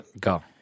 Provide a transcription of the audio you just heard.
Go